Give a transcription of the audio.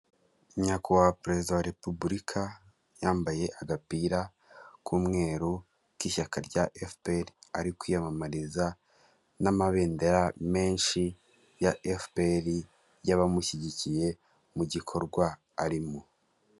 Nyakubahwa perezida wa repubulika yambaye agapira k'umweru k'ishyaka rya efuperi ari kwiyamamariza n'amabendera menshi ya efuperi y'abamushyigikiye mu gikorwa arimo.